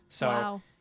Wow